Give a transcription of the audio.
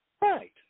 Right